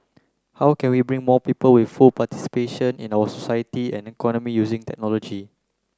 how can we bring more people with full participation in our society and economy using technology